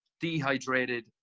dehydrated